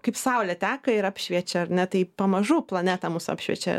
kaip saulė teka ir apšviečia ar ne tai pamažu planetą mūsų apšviečia